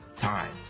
time